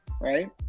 Right